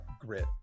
grit